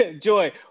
Joy